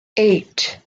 eight